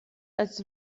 als